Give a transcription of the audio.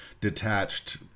detached